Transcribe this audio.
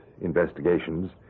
investigations